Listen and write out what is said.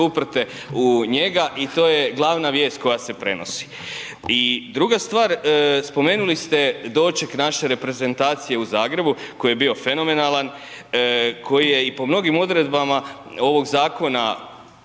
uprte u njega i to je glavna vijest koja se prenosi. I druga stvar, spomenuli ste doček naše reprezentacije u Zagrebu koji je bio fenomenalan, koji je i po mnogim odredbama ovog zakona